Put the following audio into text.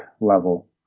level